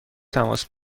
تماس